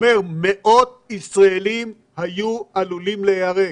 שמאות ישראלים היו עלולים להיהרג.